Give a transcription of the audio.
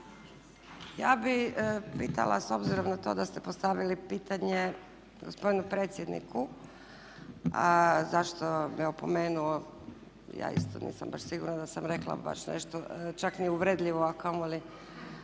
Ja bih pitala s obzirom na to da ste postavili pitanje gospodinu predsjedniku zašto me opomenuo, ja isto nisam baš sigurna da sam rekla baš nešto čak ni uvredljivo a kamoli